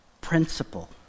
principle